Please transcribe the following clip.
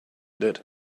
did